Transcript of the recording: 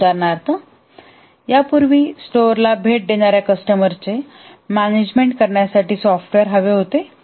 उदाहरणार्थ यापूर्वी स्टोरला भेट देणाऱ्या कस्टमर्सचे मॅनेजमेंट करण्यासाठी सॉफ्टवेअर हवे होते